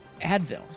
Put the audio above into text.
Advil